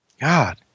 God